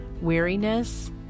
weariness